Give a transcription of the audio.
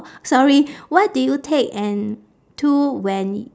sorry what do you take and to when